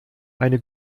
eine